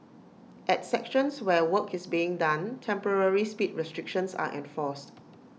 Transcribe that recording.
at sections where work is being done temporary speed restrictions are enforced